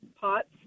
pots